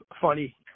funny